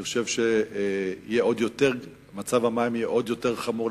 אני חושב שמצב המים יהיה עוד יותר חמור,